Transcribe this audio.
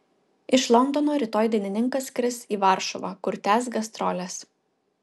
iš londono rytoj dainininkas skris į varšuvą kur tęs gastroles